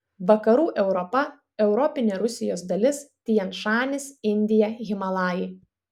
vakarų europa europinė rusijos dalis tian šanis indija himalajai